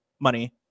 money